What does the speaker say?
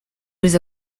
was